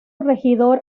regidor